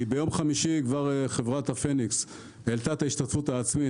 כי ביום חמישי חברת הפניקס העלתה את ההשתתפות העצמית